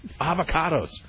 avocados